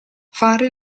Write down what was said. fare